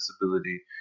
disability